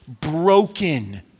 broken